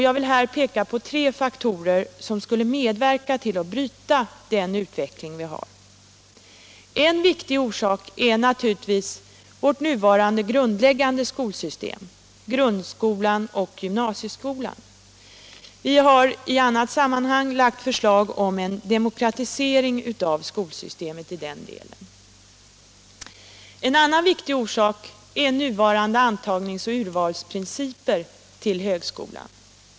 Jag vill här peka på tre faktorer som skulle medverka till att bryta denna utveckling. En viktig orsak är naturligtvis vårt nuvarande grundläggande skolsystem, grundskolan och gymnasieskolan. Vi har i annat sammanhang lagt fram förslag om en demokratisering av skolsystemet i den delen. En annan viktig orsak är nuvarande antagnings och urvalsprinciper till högskolan.